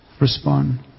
respond